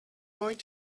going